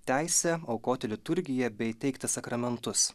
teisė aukoti liturgiją bei teikti sakramentus